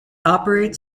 operates